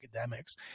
academics